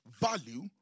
value